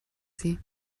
sie